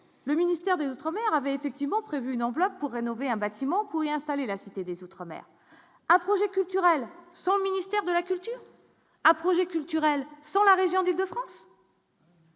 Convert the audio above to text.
le ministère des Outre-Mer avait effectivement prévu une enveloppe pour rénover un bâtiment pour y installer la Cité des outre- mer un projet culturel son ministère de la culture à projets culturels sur la région des de France.